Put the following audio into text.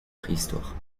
préhistoire